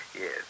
Yes